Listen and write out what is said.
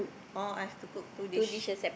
or I've to cook two dish